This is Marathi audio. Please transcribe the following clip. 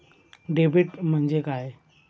डेबिट म्हणजे काय?